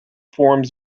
forms